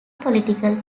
political